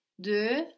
de